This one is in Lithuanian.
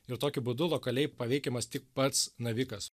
ir tokiu būdu lokaliai paveikiamas tik pats navikas